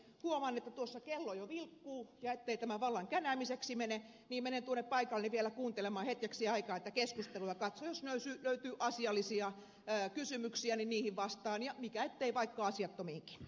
huomaan että tuossa kello jo vilkkuu ja ettei tämä vallan känäämiseksi mene niin menen tuonne paikalleni vielä kuuntelemaan hetkeksi aikaa tätä keskustelua ja katson että jos löytyy asiallisia kysymyksiä niin niihin vastaan ja mikä ettei vaikka asiattomiinkin